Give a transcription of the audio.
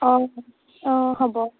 অঁ অঁ হ'ব